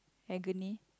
agony